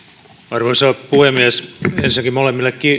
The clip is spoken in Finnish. arvoisa puhemies ensinnäkin molemmille